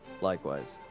Likewise